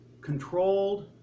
controlled